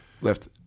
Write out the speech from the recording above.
left